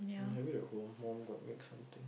maybe at home mum got make something